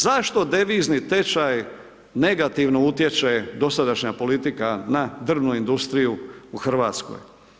Zašto devizni tečaj negativno utječe dosadašnja politika na drvnu industriju u Hrvatskoj?